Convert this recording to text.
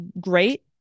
great